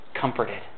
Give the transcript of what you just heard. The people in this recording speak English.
comforted